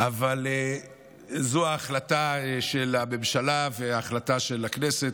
אבל זו ההחלטה של הממשלה והחלטה של הכנסת,